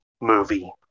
movie